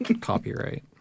Copyright